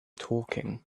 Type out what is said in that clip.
talking